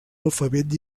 alfabet